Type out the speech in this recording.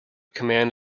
command